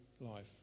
life